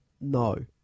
No